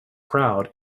crowd